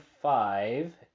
five